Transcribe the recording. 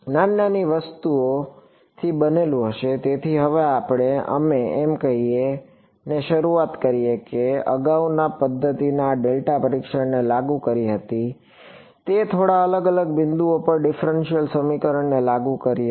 નાની નાની જેવી વસ્તુઓથી બનેલું હશે તેથી હવે અમે એમ કહીને શરૂઆત કરી છે કે અગાઉની પદ્ધતિ આ ડેલ્ટા પરીક્ષણને લાગુ કરી રહી હતી તે થોડા અલગ બિંદુઓ પર ડિફફરેનશીયલ સમીકરણને લાગુ કરી રહી હતી